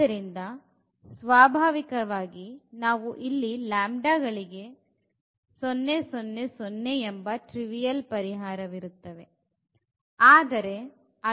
ಆದ್ದರಿಂದ ಸ್ವಾಭಾವಿಕವಾಗಿ ನಾವು ಇಲ್ಲಿ ಲ್ಯಾಂಬ್ಡಾಗಳಿಗೆ 0 0 0 ಎಂಬ ಟ್ರಿವಿಯಲ್ ಪರಿಹಾರವಿರುತ್ತದೆ